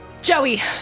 Joey